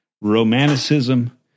romanticism